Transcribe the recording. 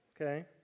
okay